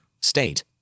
state